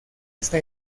esta